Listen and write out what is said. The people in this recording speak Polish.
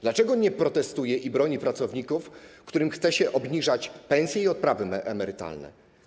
Dlaczego nie protestuje i nie broni pracowników, którym chce się obniżać pensje i odprawy emerytalne?